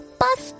bus